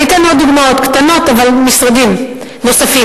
אני אתן עוד דוגמאות קטנות ממשרדים נוספים.